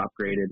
upgraded